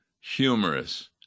humorous